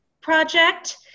Project